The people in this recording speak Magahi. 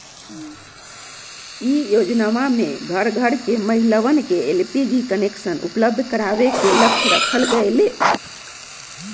ई योजनमा में घर घर के महिलवन के एलपीजी कनेक्शन उपलब्ध करावे के लक्ष्य रखल गैले